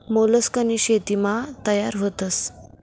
मोलस्कनी शेतीमा तयार व्हतस